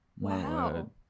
Wow